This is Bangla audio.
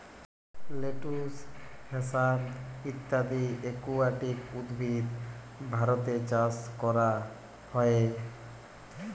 লেটুস, হ্যাসান্থ ইত্যদি একুয়াটিক উদ্ভিদ ভারতে চাস ক্যরা হ্যয়ে